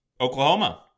Oklahoma